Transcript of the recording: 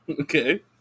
Okay